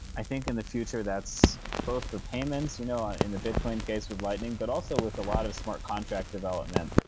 i think in the future that's both for payments, you know ah in the bitcoin case with lightning, but also with a lot of smart contract development,